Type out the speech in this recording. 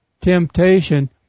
temptation